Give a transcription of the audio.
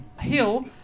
Hill